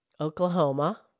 Oklahoma